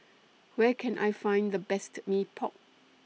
Where Can I Find The Best Mee Pok